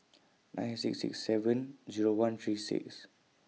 nine six six seven Zero one three six